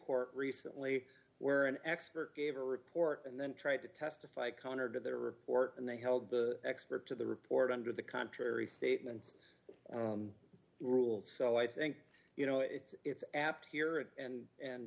court recently where an expert gave a report and then tried to testify countered their report and they held the expert to the report under the contrary statements rule so i think you know it's apt here and and and